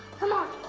come on!